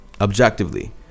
Objectively